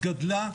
גדלה,